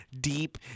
deep